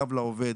לקו לעובד,